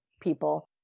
people